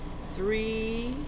Three